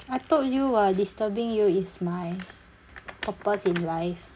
I told you [what] disturbing you is my purpose in life